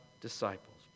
disciples